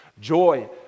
Joy